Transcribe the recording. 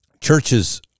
Churches